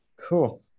cool